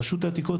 רשות העתיקות,